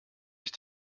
ich